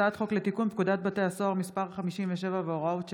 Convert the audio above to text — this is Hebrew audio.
הצעת חוק לתיקון פקודת בתי הסוהר (מס' 57 והוראות שעה),